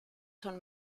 son